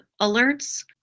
alerts